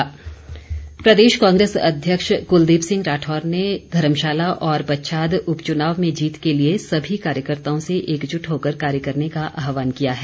कुलदीप राठौर प्रदेश कांग्रेस अध्यक्ष कुलदीप सिंह राठौर ने धर्मशाला और पच्छाद उपचुनाव में जीत के लिए सभी कार्यकर्ताओं से एकजुट होकर कार्य करने का आहवान किया है